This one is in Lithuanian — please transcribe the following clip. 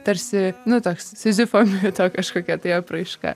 tarsi nu toks sizifo mito kažkokia tai apraiška